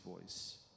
voice